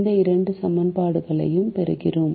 இந்த இரண்டு சமன்பாடுகளையும் பெறுகிறோம்